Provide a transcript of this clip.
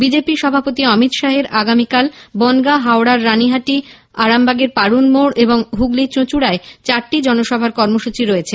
BJP সভাপতি অমিত শাহের আগামীকাল বনগাঁ হাওড়ার রানিহাটি আরামবাগের পারুল মোড় এবং হুগলীর চুঁচুড়ায় তাঁর চারটি জনসভার কর্মসূচী রয়েছে